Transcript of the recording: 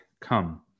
Come